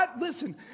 listen